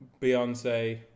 Beyonce